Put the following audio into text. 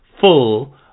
full